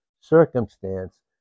circumstance